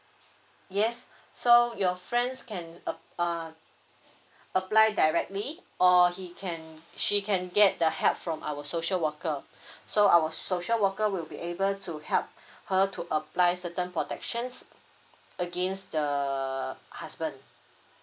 yes so your friends can ap~ uh apply directly or he can she can get the help from our social worker so our social worker will be able to help her to apply certain protections against the husband